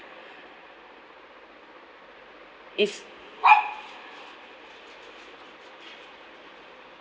it's